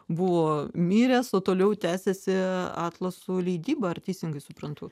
buvo miręs o toliau tęsiasi atlasų leidyba ar teisingai suprantu